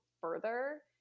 further